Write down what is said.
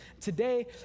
Today